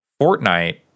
Fortnite